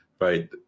Right